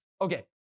Okay